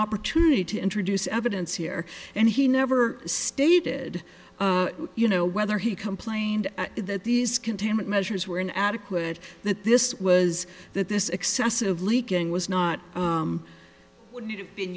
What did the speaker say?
opportunity to introduce evidence here and he never stated you know whether he complained that these containment measures were in adequate that this was that this excessive leaking was not